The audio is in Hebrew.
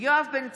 יואב בן צור,